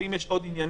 ואם יש עוד עניינים,